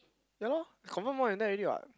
ya lor confirm more than that already what